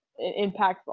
impactful